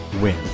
win